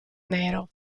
nero